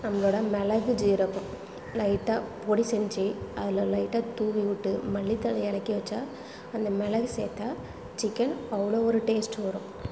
நம்மளோட மிளகு ஜீரகம் லைட்டாக பொடி செஞ்சு அதில் லைட்டாக தூவிவிட்டு மல்லி தழை இறக்கி வச்சால் அந்த மிளகு சேர்த்தா சிக்கன் அவ்வளோ ஒரு டேஸ்ட்டு வரும்